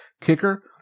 kicker